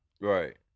right